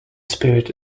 spirit